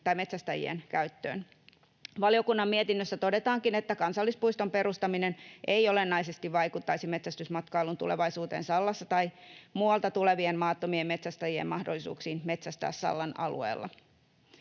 metsästäjien käyttöön. Valiokunnan mietinnössä todetaankin, että kansallispuiston perustaminen ei olennaisesti vaikuttaisi metsästysmatkailun tulevaisuuteen Sallassa tai muualta tulevien maattomien metsästäjien mahdollisuuksiin metsästää Sallan alueella.